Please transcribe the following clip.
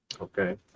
Okay